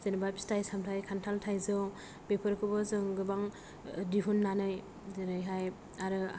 जेनेबा फिथाइ सामथाय खान्थाल थाइजौ बेफोरखौबो जों गोबां दिहुननानै जेरैहाय आरो